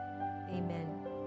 Amen